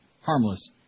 Harmless